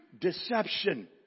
deception